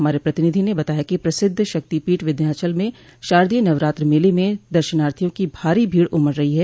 हमारे प्रतिनिधि ने बताया कि प्रसिद्ध शक्तिपीठ विन्ध्याचल में शारदीय नवरात्र मेले में दर्शनार्थियों की भारो भीड़ उमड़ रही है